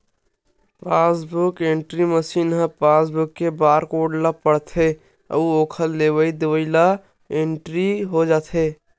passbook entry machine ह passbook के barcode ल पड़थे अउ ओखर लेवई देवई ह इंटरी हो जाथे